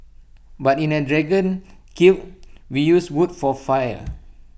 but in A dragon kiln we use wood for fire